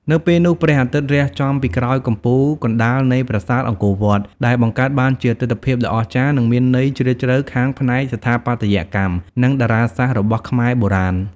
នៅពេលនោះ ព្រះអាទិត្យរះចំពីក្រោយកំពូលកណ្តាលនៃប្រាសាទអង្គរវត្ត ដែលបង្កើតបានជាទិដ្ឋភាពដ៏អស្ចារ្យនិងមានន័យជ្រាលជ្រៅខាងផ្នែកស្ថាបត្យកម្ម និងតារាសាស្ត្ររបស់ខ្មែរបុរាណ។